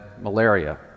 malaria